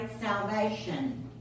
salvation